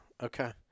Okay